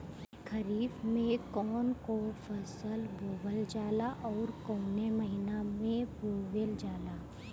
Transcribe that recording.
खरिफ में कौन कौं फसल बोवल जाला अउर काउने महीने में बोवेल जाला?